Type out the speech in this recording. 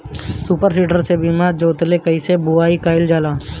Super seeder से बीना जोतले कईसे बुआई कयिल जाला?